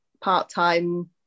part-time